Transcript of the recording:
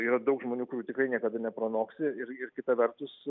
yra daug žmonių kurių tikrai niekada nepranoksi ir kita vertus